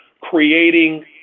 creating